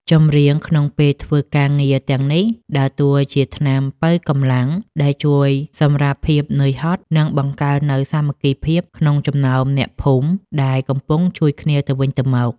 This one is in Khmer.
ចម្រៀងក្នុងពេលធ្វើការងារទាំងនេះ ដើរតួជាថ្នាំប៉ូវកម្លាំងដែលជួយសម្រាលភាពនឿយហត់ និងបង្កើននូវសាមគ្គីភាពក្នុងចំណោមអ្នកភូមិដែលកំពុងជួយគ្នាទៅវិញទៅមក។